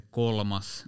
kolmas